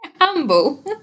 humble